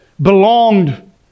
belonged